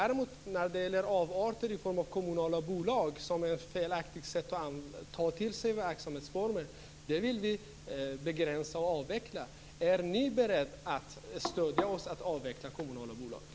Avarter i form av kommunala bolag, som är ett felaktigt sätt att ta till sig verksamhetsformer, vill vi däremot begränsa och avveckla. Är ni beredda att stödja oss i en avveckling av kommunala bolag?